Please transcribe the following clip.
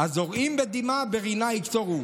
"הזרעים בדמעה ברנה יקצרו".